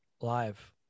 live